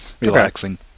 relaxing